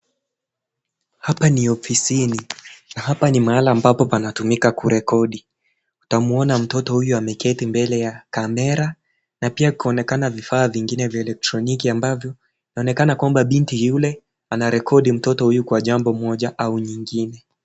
Hapa ni ofisini, na hapa ni mahala mbapo panatumika kurekodi. Utamwona mtoto huyu ameketi mbele ya kamera, na pia kunaonekana vifaa vingine vya elektroniki ambavyo, inaonekana kwamba binti yule anarekodi mtoto huyu kwa jambo moja au nyingine.